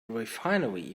refinery